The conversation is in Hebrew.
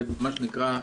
זה מה שנקרא,